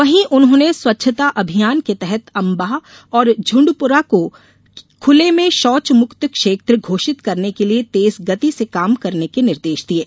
वहीं उन्होंने स्वच्छता अभियान के तहत अंबाह और झुण्डपुरा को खुले में शौचमुक्त क्षेत्र घोषित करने के लिए तेज गति से काम करने के निर्देश दिये